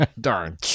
Darn